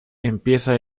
empieza